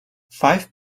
five